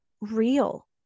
real